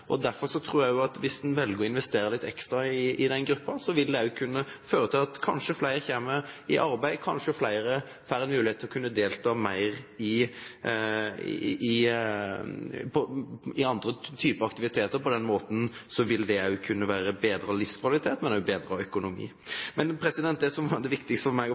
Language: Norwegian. så ligger det mye folkehelse i det. Og derfor tror jeg at dersom en velger å investere litt ekstra i den gruppa, vil det også kunne føre til at flere kommer i arbeid, og kanskje flere får mulighet til å delta mer i andre typer aktiviteter. På den måten vil det kunne bedre livskvalitet,